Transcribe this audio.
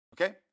okay